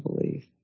believe